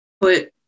put